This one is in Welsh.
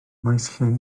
maesllyn